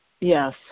Yes